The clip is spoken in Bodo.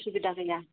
उसुबिदा गैया